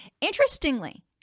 Interestingly